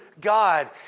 God